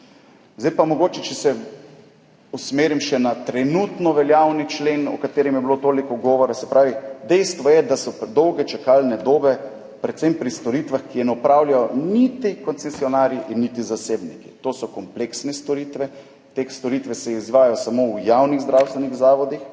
Zdaj pa mogoče, če se usmerim še na trenutno veljavni člen, o katerem je bilo toliko govora. Dejstvo je, da so dolge čakalne dobe predvsem pri storitvah, ki jih ne opravljajo niti koncesionarji in niti zasebniki. To so kompleksne storitve, te storitve se izvajajo samo v javnih zdravstvenih zavodih